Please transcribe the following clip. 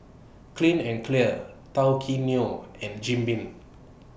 Clean and Clear Tao Kae Noi and Jim Beam